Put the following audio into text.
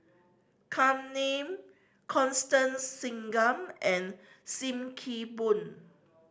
Kam Ning Constance Singam and Sim Kee Boon